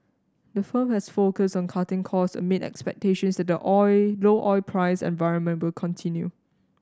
the firm has focused on cutting costs amid expectations that the oil low oil price environment will continue